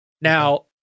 Now